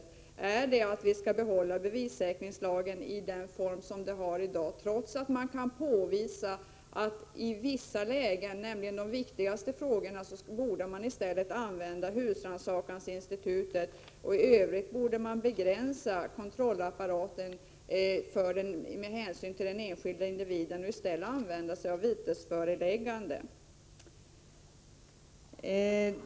Är ambitionen att vi skall behålla bevissäk : ringslagen i den form som den har i dag, trots att man kan påvisa att man i vissa lägen, nämligen när det gäller de viktigaste frågorna, i stället borde använda husrannsakansinstitutet? Och i övrigt borde man begränsa kontrollapparaten med hänsyn till den enskilde individen och i stället använda sig av vitesföreläggande.